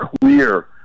clear